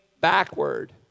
backward